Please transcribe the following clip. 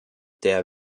der